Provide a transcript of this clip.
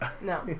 No